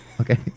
okay